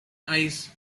ice